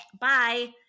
bye